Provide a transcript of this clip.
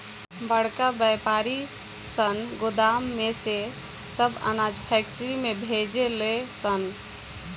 बड़का वायपारी सन गोदाम में से सब अनाज फैक्ट्री में भेजे ले सन